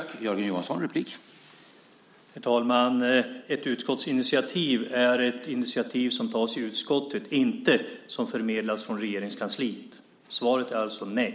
Herr talman! Ett utskottsinitiativ är ett initiativ som tas i utskottet, inte ett som förmedlas från Regeringskansliet. Svaret är alltså nej.